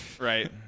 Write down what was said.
right